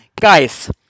Guys